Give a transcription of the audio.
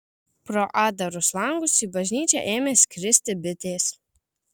pro atdarus langus į bažnyčią ėmė skristi bitės